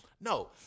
No